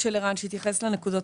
אתייחס לכמה נקודות